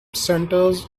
centers